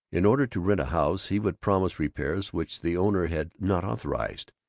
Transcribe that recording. in order to rent a house he would promise repairs which the owner had not authorized.